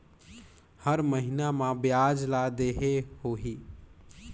हर महीना मा ब्याज ला देहे होही?